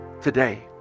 today